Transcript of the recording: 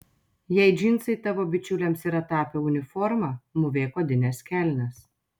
jei džinsai tavo bičiulėms yra tapę uniforma mūvėk odines kelnes